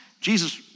Jesus